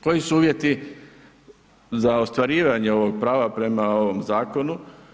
Koji su uvjeti za ostvarivanje ovog prava prema ovom zakonu?